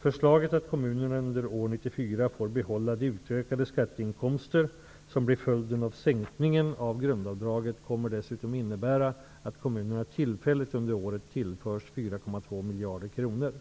Förslaget att kommunerna under år 1994 får behålla de utökade skatteinkomster som blir följden av sänkningen av grundavdraget kommer dessutom att innebära att kommunerna tillfälligt under året tillförs ca 4,2 miljarder kronor.